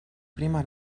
prima